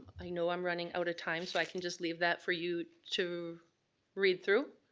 i know i'm running out of time, so i can just leave that for you to read through.